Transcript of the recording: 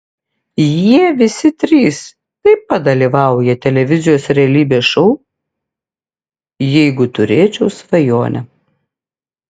jie visi trys taip pat dalyvauja televizijos realybės šou jeigu turėčiau svajonę